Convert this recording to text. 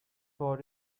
for